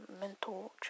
mental